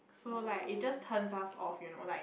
so like it just turns us off you know like